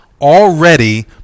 already